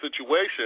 situation